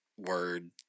Word